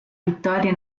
vittoria